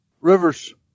Rivers